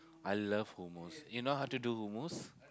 I love hummus you know how to do hummus